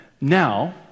Now